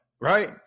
right